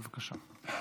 בבקשה.